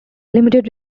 limited